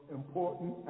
important